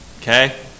Okay